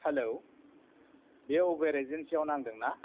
hello बे Uber एजेन्सियाव नांदों ना